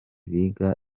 biga